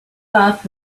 off